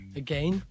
again